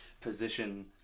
position